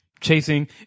chasing